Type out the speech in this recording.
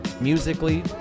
Musically